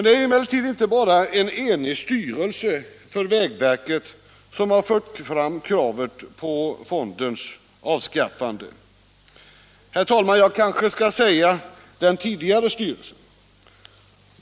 Det är emellertid inte bara en enig styrelse för vägverket som fört fram kravet på fondens avskaffande — herr talman, jag skall kanske säga den tidigare styrelsen.